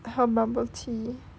喝 bubble tea